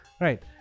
Right